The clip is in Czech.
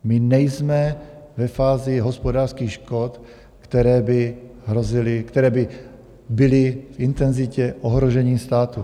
My nejsme ve fázi hospodářských škod, které by hrozily, které by byly v intenzitě ohrožení státu.